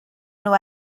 nhw